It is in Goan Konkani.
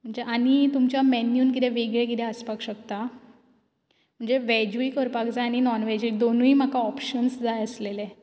म्हणचे आनी तुमच्या मेन्यूंत कितें वेगळें कितें आसपाक शकता म्हणजे व्हेज बी करपाक जाय आनी नॉन व्हेज दोनूय म्हाका ओपशन्स जाय आसलेले